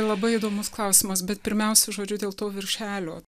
labai įdomus klausimas bet pirmiausia žodžiu dėl to viršelio